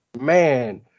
man